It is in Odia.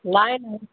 ନାହିଁ ନାହିଁ